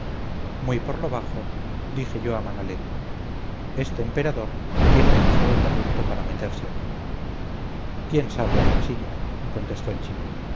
muy por lo bajo dije yo a manalet este emperador tiene demasiado talento para meterse aquí quién sabe andresillo me contestó el chico